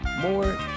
more